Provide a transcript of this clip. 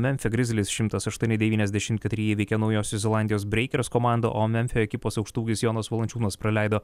memfio grizlis šimtas aštuoni devyniasdešimt keturi įveikė naujosios zelandijos breikers komandą o memfio ekipos aukštaūgis jonas valančiūnas praleido